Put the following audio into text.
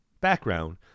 background